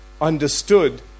understood